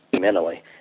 mentally